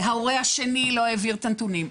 ההורה השני לא העביר את הנתונים.